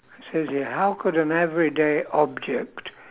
says here how could an everyday object